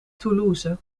toulouse